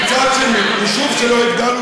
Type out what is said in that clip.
יישוב שלא יגדל,